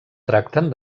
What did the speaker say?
tracten